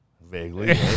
Vaguely